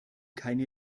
keine